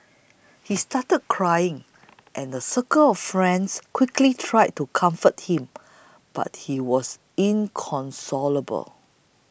he started crying and a circle of friends quickly tried to comfort him but he was inconsolable